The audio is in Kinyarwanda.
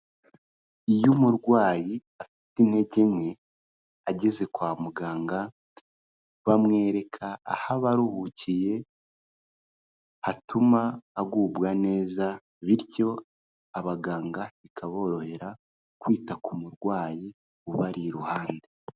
Iyo umurwayi afite intege nke, ageze kwa muganga bamwereka aho aba aruhukiye, hatuma agubwa neza, bityo abaganga bikaborohera kwita ku murwayi ubari iruhande.